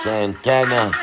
Santana